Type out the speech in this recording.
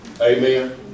Amen